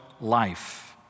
life